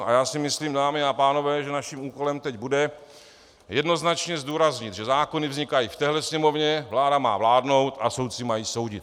A já si myslím, dámy a pánové, že naším úkolem teď bude jednoznačně zdůraznit, že zákony vznikají v téhle Sněmovně, vláda má vládnout a soudci mají soudit.